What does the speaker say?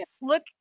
look